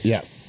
Yes